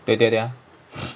对对 ah